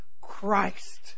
Christ